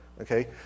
Okay